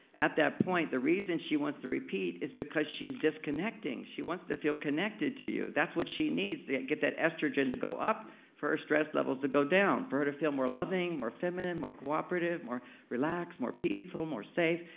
at that point, the reason she wants to repeat, is because she's disconnecting. she wants to feel connected to you. that's what she needs to get that estrogen to go up for her stress levels to go down. for her to feel more loving, more feminine, more cooperative, more relaxed, more peaceful, more safe.